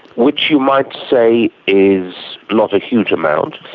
which you might say is not a huge amount,